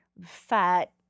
fat